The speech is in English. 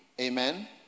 amen